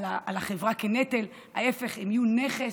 על החברה, כנטל, ההפך, הם יהיו נכס,